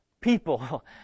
people